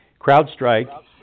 CrowdStrike